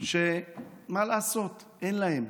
שמה לעשות, אין להן.